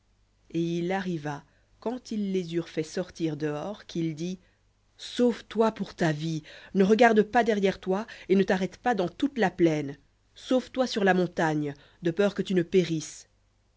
et il arriva quand ils les eurent fait sortir dehors qu'il dit sauve-toi pour ta vie ne regarde pas derrière toi et ne t'arrête pas dans toute la plaine sauve-toi sur la montagne de peur que tu ne périsses